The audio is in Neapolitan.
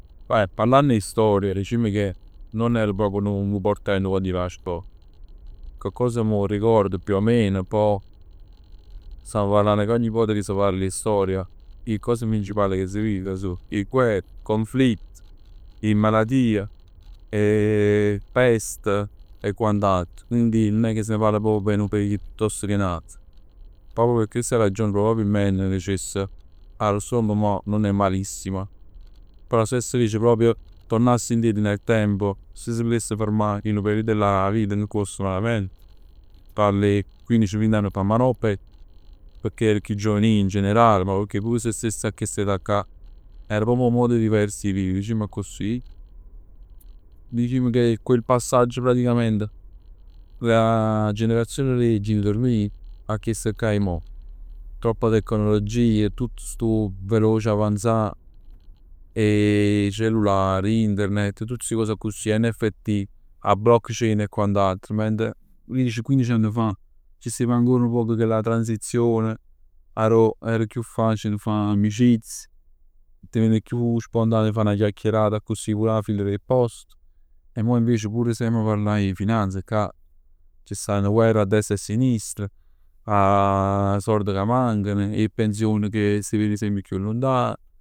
Beh parlann 'e storia dicimm che nun ero proprio nu portento quann jev 'a scol, coccos m' 'o ricordo più o meno, poj stamm parlann che ogni vota che s' parl 'e storia 'e cose principali che si diceno song 'e guerr, conflitti, 'e malatie, pest, e quant'altro. Quindi non è che si parla proprj 'e nu periodo piuttosto che n'ato. Proprio p' chesta ragione probabilmente dicess, arò stong mo non è malissimo. Però si avess dicere proprio, turnass indietro nel tempo, si s' putess fermà a chillu periodo là 'a vita nun foss malament, parlo 'e quindici, vint'ann fa. Ma no pecchè ero chiù giovane ij in generale, ma pur pecchè si ci stev a chest'età ccà. Pecchè era proprio 'o modo diverso 'e vivere dicimm accussì. Dicimm che quel passaggio praticament, 'a generazione d' 'e genitor meje 'a chiest ccà 'e mo. Troppa tecnologia, tutt stu veloce avanzat. 'E cellullar, internet, tutt sti cos accussì. NFT, 'a blockchain e quant'altro. Mentre quinnici, quinnic anni fa c' stev ancora chella transizione arò c' stev, era chiù facile fa amicizia, ti venev chiù spontaneo 'e fa 'na chiachierata accussì, pur 'a fila p' 'e post. E mo invece pur semp si 'amma parlà 'e finanza 'ccà ci stanno guerre a destra e sinistra. Sord ca mancano, 'e pensioni che stann semp chiù luntan.